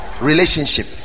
relationship